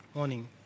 Morning